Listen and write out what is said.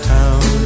town